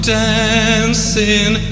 dancing